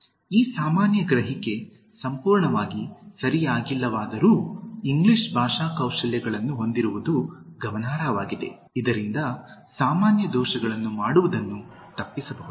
ಈ ಸಾಮಾನ್ಯ ಗ್ರಹಿಕೆ ಸಂಪೂರ್ಣವಾಗಿ ಸರಿಯಾಗಿಲ್ಲವಾದರೂ ಇಂಗ್ಲಿಷ್ ಭಾಷಾ ಕೌಶಲ್ಯಗಳನ್ನು ಹೊಂದಿರುವುದು ಗಮನಾರ್ಹವಾಗಿದೆ ಇದರಿಂದ ಸಾಮಾನ್ಯ ದೋಷಗಳನ್ನು ಮಾಡುವುದನ್ನು ತಪ್ಪಿಸಬಹುದು